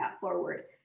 forward